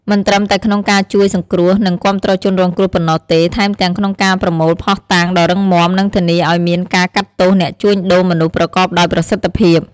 មិនត្រឹមតែក្នុងការជួយសង្គ្រោះ និងគាំទ្រជនរងគ្រោះប៉ុណ្ណោះទេ ថែមទាំងក្នុងការប្រមូលភស្តុតាងដ៏រឹងមាំ និងធានាឲ្យមានការកាត់ទោសអ្នកជួញដូរមនុស្សប្រកបដោយប្រសិទ្ធភាព។